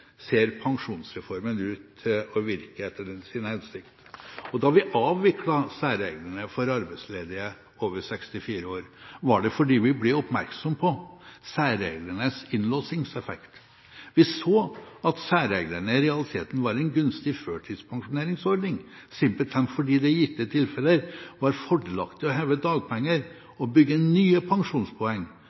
ser pensjonsreformen ut til å virke etter sin hensikt. Da vi avviklet særreglene for arbeidsledige over 64 år, var det fordi vi ble oppmerksom på særreglenes innlåsingseffekt. Vi så at særreglene i realiteten var en gunstig førtidspensjoneringsordning, simpelthen fordi det i gitte tilfeller var fordelaktig å heve dagpenger og bygge nye pensjonspoeng